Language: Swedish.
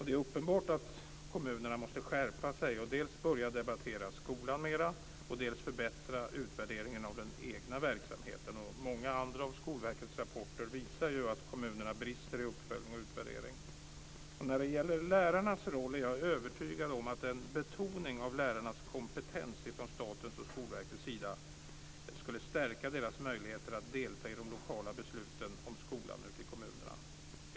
Det är uppenbart att kommunerna måste skärpa sig och dels börja debattera skolan mera, dels förbättra utvärderingen av den egna verksamheten. Många andra av Skolverkets rapporter visar ju att kommunerna brister i uppföljning och utvärdering. När det gäller lärarnas roll är jag övertygad om att en betoning av lärarnas kompetens från statens och Skolverkets sida skulle stärka deras möjligheter att delta i de lokala besluten om skolan ute i kommunerna.